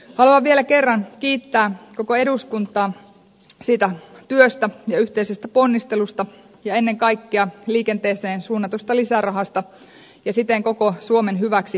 haluan vielä kerran kiittää koko eduskuntaa työstä ja yhteisestä ponnistelusta ja ennen kaikkea liikenteeseen suunnatusta lisärahasta ja siten koko suomen hyväksi tehdystä työstä